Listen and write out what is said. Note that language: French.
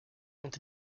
ont